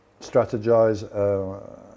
strategize